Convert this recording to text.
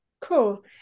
cool